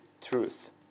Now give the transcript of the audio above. truth